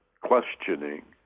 questioning